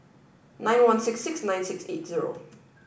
nine one six six nine six eight zero